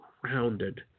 grounded